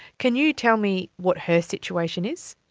can you tell me what her situation is?